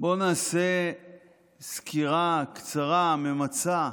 בוא נעשה סקירה קצרה, ממצה,